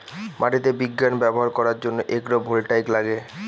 মাটিতে বিজ্ঞান ব্যবহার করার জন্য এগ্রো ভোল্টাইক লাগে